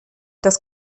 das